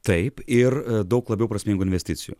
taip ir daug labiau prasmingų investicijų